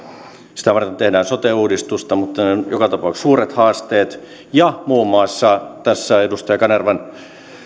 sitä varten tehdään sote uudistusta mutta edessä on joka tapauksessa suuret haasteet ja muun muassa tässä edustaja kanervan